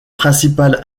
principales